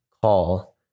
call